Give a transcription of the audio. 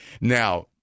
Now